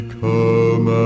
come